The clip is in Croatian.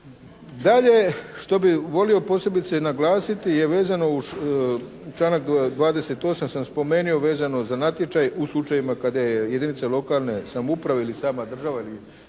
Dalje što bi volio posebice naglasiti je vezano, članak 28. sam spomenio vezano za natječaj u slučajevima kada je jedinice lokalne samouprave ili sama država ili